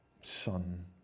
Son